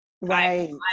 right